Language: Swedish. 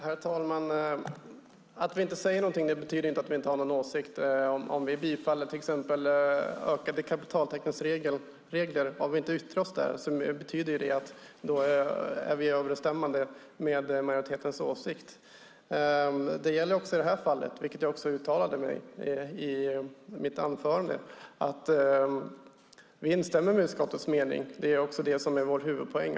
Herr talman! Att vi inte säger någonting betyder inte att vi inte har någon åsikt. Om vi till exempel bifaller ökade kapitaltäckningsregler och inte yttrar oss där betyder det att vi är överens med majoritetens åsikt. Det gäller även i det här fallet, vilket jag också uttalade i mitt anförande. Vi instämmer med utskottets mening. Det är också det som är vår huvudpoäng.